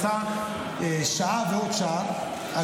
עשה שעה ועוד שעה,